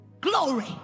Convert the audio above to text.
Glory